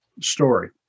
story